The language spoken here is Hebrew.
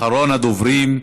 אחרון הדוברים.